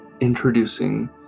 Introducing